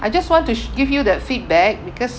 I just want to sh~ give you the feedback because